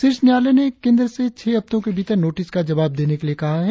शीर्ष न्यायालय ने केंद्र से छह हफ्तों के भीतर नोटिस का जवाब देने के लिए कहा है